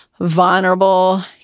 vulnerable